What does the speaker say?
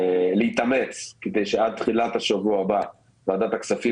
להתאמץ כדי שעד תחילת השבוע הבא ועדת הכספים